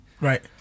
Right